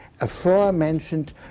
aforementioned